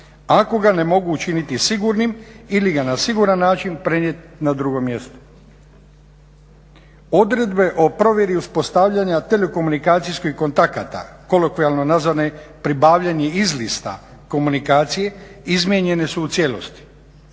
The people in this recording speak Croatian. ako ga ne mogu učiniti sigurnim ili ga na siguran način prenijeti na drugo mjesto. Odredbe o provjeri uspostavljanja telekomunikacijskih kontakata kolokvijalno nazvane pribavljanje izlista komunikacije izmijenjene su u cijelosti.